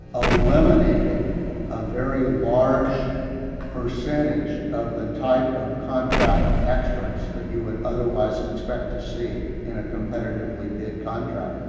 eliminating a very large percentage of the type of contract extras that you would otherwise expect to see in a competitively bid contract,